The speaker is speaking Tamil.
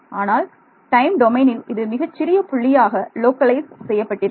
ஆனால் டைம் டொமைனில் இது மிகச் சிறிய புள்ளியாக லோக்கலைஸ் செய்யப்பட்டிருக்கும்